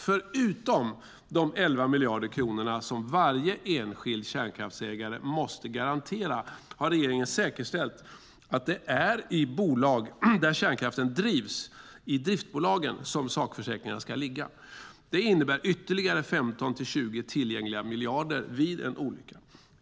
Förutom de 11 miljarder kronor som varje enskild kärnkraftsägare måste garantera har regeringen säkerställt att det är i bolag där kärnkraften drivs, i driftsbolagen, som sakförsäkringarna ska ligga. Det innebär ytterligare 15-20 tillgängliga miljarder vid en olycka.